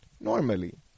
normally